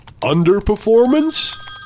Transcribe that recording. Underperformance